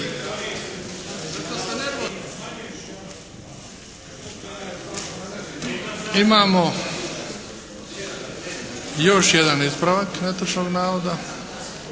sam u jednom ispravku netočnog navoda